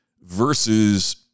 versus